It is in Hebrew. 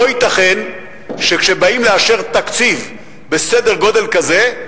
לא ייתכן שכשבאים לאשר תקציב בסדר גודל כזה,